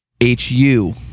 H-U